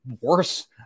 worse